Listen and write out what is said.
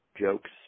jokes